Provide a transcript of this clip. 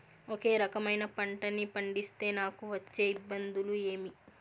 ఒకే రకమైన పంటలని పండిస్తే నాకు వచ్చే ఇబ్బందులు ఏమి?